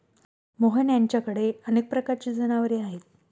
मोहन यांच्याकडे अनेक प्रकारची जनावरे आहेत